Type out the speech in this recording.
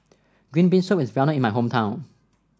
Green Bean Soup is well known in my hometown